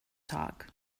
talk